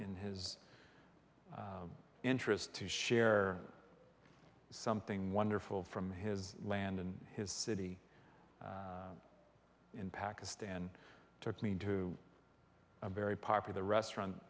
in his interest to share something wonderful from his land and his city in pakistan took me into a very popular restaurant